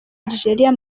algeria